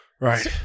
Right